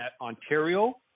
Ontario